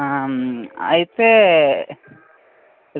ఆ అయితే